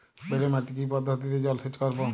বেলে মাটিতে কি পদ্ধতিতে জলসেচ করব?